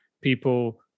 People